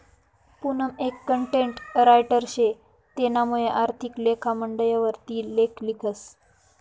पूनम एक content writer शे तेनामुये आर्थिक लेखा मंडयवर ती लेख लिखस